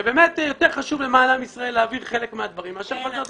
שבאמת יותר חשוב למען עם ישראל להעביר חלק מהדברים מאשר --- כן,